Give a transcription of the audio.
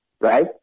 right